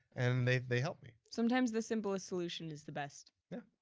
and they they helped me. sometimes the simplest solution's the best. yeah.